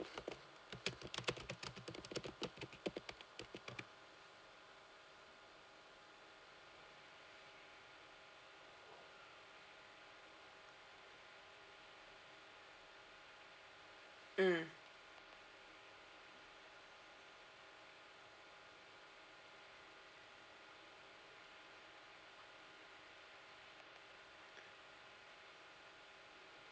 mm